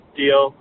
deal